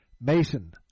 Mason